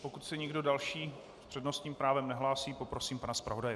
Pokud se nikdo další s přednostním právem nehlásí, poprosím pana zpravodaje.